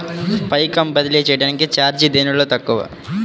పైకం బదిలీ చెయ్యటానికి చార్జీ దేనిలో తక్కువ?